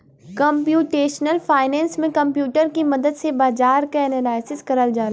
computational finance में computer के मदद से बाजार क एनालिसिस करल जाला